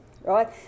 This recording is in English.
right